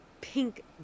pink